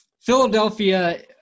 Philadelphia